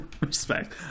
Respect